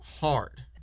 Hard